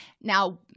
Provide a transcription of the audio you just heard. Now